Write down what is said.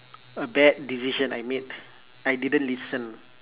a bad decision I made I didn't listen